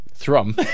Thrum